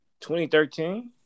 2013